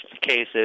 cases